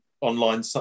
online